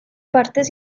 partes